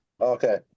Okay